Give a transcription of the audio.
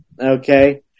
okay